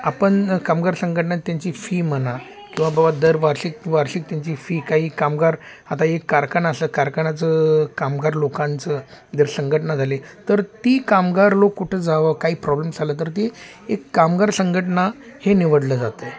आपण कामगार संघटना आणि त्यांची फी म्हणा किंवा बाबा दर वार्षिक वार्षिक त्यांची फी काही कामगार आता एक कारखाना असं कारखानाचं कामगार लोकांचं जर संघटना झाली तर ती कामगार लोक कुठं जावं काही प्रॉब्लेम झालं तर ती एक कामगार संघटना हे निवडलं जातं आहे